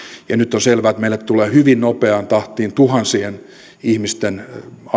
ja nyt on selvää että meille tulee hyvin nopeaan tahtiin tuhansien ihmisten